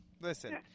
Listen